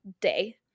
day